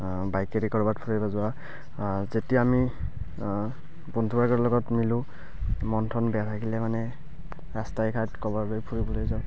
বাইকেৰে ক'ৰবাত ফুৰিব যোৱা যেতিয়া আমি বন্ধুবৰ্গৰ লগত মিলোঁ মন চন বেয়া থাকিলে মানে ৰাস্তাই ঘাট ক'বাৰ ফুৰিবলৈ যাওঁ